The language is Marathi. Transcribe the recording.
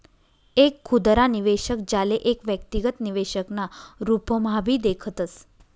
एक खुदरा निवेशक, ज्याले एक व्यक्तिगत निवेशक ना रूपम्हाभी देखतस